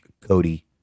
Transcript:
Cody